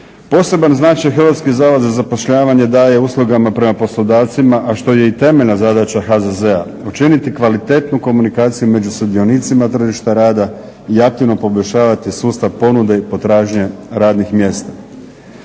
Poseban značaj Hrvatski zavod za zapošljavanje daje uslugama prema poslodavcima, a što je i temeljna zadaća HZZ-a, učiniti kvalitetnu komunikaciju među sudionicama tržišta rada i aktivno poboljšavati sustav ponude i potražnje radnih mjesta.